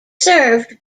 served